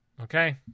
Okay